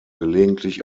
gelegentlich